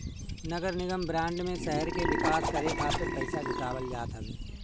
नगरनिगम बांड में शहर के विकास करे खातिर पईसा जुटावल जात हवे